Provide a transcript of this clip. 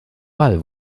wall